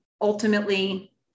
Ultimately